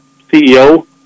ceo